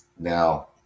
Now